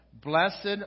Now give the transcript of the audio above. Blessed